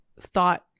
thought